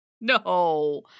No